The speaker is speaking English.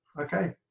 okay